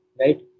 right